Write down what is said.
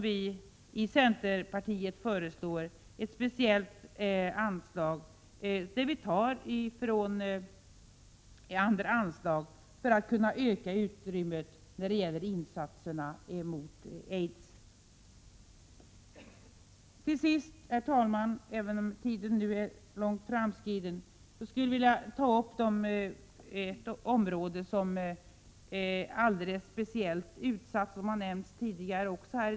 Vi i centerpartiet föreslår därför ett speciellt anslag, till vilket vi tar medel från andra anslag, för att kunna öka utrymmet för insatser mot aids. Herr talman! Även om tiden nu är långt framskriden skulle jag vilja ta upp de områden som är alldeles speciellt utsatta. De har nämnts tidigare här i dag.